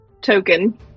token